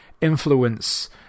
influence